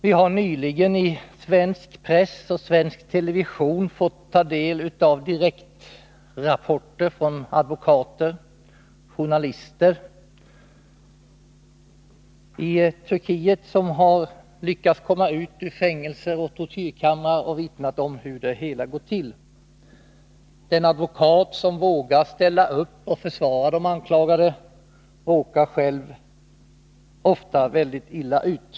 Vi har nyligen i svensk press och svensk television fått ta del av direktrapporter från advokater och journalister i Turkiet, som har lyckats komma ut ur fängelse och tortyrkammare och vittnat om hur det hela gått till. Den advokat som vågar ställa upp och försvara den anklagade råkar själv ofta mycket illa ut.